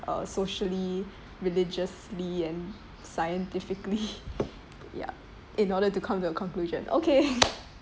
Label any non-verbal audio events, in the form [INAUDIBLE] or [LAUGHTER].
um socially religiously and scientifically [LAUGHS] ya in order to come to a conclusion okay